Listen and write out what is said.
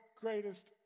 greatest